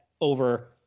over